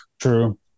True